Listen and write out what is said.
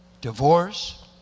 divorce